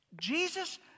Jesus